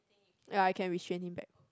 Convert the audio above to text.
ya I can restrain him back